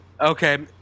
okay